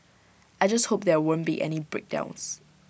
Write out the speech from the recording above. I just hope there won't be any breakdowns